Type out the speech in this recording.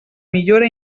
millora